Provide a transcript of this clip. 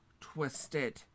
twisted